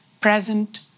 Present